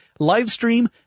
Livestream